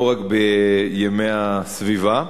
לא רק בימי הסביבה,